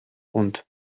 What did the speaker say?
und